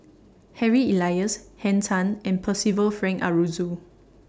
Harry Elias Henn Tan and Percival Frank Aroozoo